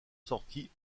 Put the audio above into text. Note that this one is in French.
sorti